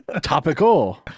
topical